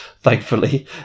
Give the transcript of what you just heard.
thankfully